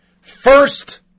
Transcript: First